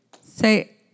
Say